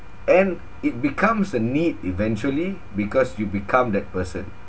and it becomes a need eventually because you've become that person